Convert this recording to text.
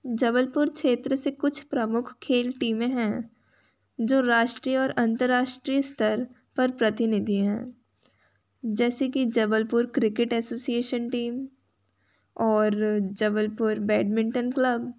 जबलपुर क्षेत्र से कुछ प्रमुख खेल टीमें हैं जो राष्ट्रीय और अंतर्राष्ट्रीय स्तर पर प्रतिनिधि हैं जैसे कि जबलपुर क्रिकेट एसोसिएशन टीम और जबलपुर बैडमिंटन क्लब